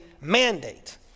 mandate